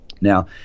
Now